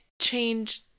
change